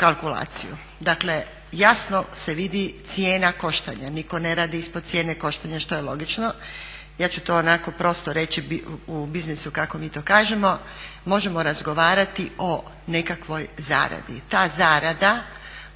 kalkulaciju, dakle jasno se vidi cijena koštanja. Nitko ne radi ispod cijene koštanja što je logično. Ja ću to onako prosto reći u biznisu kako mi to kažemo, možemo razgovarati o nekakvoj zaradi. Ta zarada